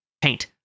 paint